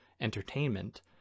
entertainment